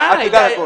די.